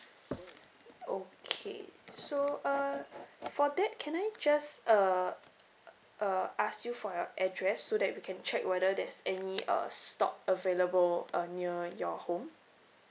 okay so uh for that can I just uh uh ask you for your address so that we can check whether there's any uh stock available uh near your home